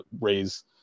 raise